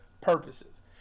purposes